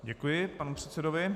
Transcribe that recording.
Děkuji panu předsedovi.